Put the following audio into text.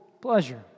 Pleasure